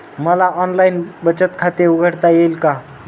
मला ऑनलाइन बचत खाते उघडता येईल का?